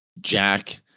Jack